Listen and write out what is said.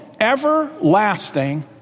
everlasting